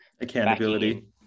Accountability